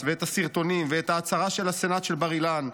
ואת הסרטונים ואת ההצהרה של הסנאט של בר-אילן,